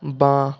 বাঁ